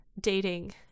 dating